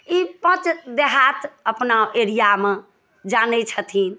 ई बज्र देहात अपना एरियामे जानै छथिन